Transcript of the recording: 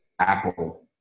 Apple